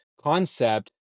concept